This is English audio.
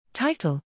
Title